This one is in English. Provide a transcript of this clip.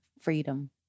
freedom